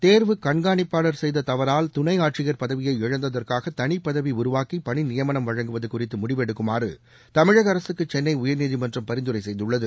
தேர்வு கண்காணிப்பாளர் செய்த தவறால் துணை ஆட்சியர் பதவியை இழந்ததற்காக தனிப்பதவி உருவாக்கி பணிநியமனம் வழங்குவது குறித்து முடிவு எடுக்குமாறு தமிழக அரசுக்கு சென்னை உயர்நீதிமன்றம் பரிந்துரை செய்துள்ளது